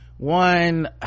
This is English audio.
one